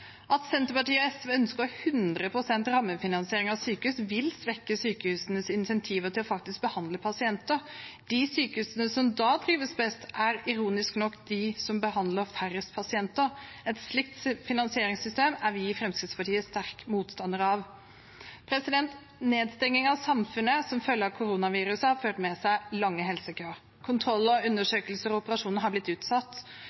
Senterpartiet og SV ønsker 100 pst. rammefinansiering av sykehus. Det vil svekke sykehusenes insentiver til faktisk å behandle pasienter. De sykehusene som da trives best, er ironisk nok de som behandler færrest pasienter. Et slikt finansieringssystem er vi i Fremskrittspartiet sterkt motstandere av. Nedstengningen av samfunnet som følge av koronaviruset har ført med seg lange helsekøer. Kontroller, operasjoner og